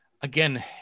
again